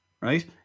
right